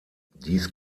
dies